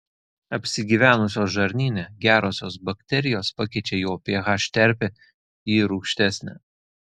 apsigyvenusios žarnyne gerosios bakterijos pakeičia jo ph terpę į rūgštesnę